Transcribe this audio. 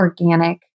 organic